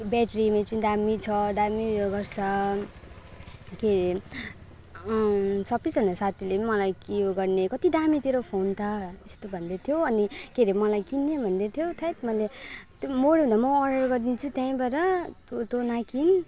battery M A H पनि दामी छ दामी ऊ यो गर्छ के अरे सबैजना साथीले पनि मलाई यो गर्ने कति दामी तेरो फोन त यस्तो भन्दैथ्यो अनि के अरे मलाई किन्ने भन्दैथ्यो थैट मैले त्यो मेरोभन्दा म अर्डर गरिदिन्छु त्यहीँबाट त त नकिन्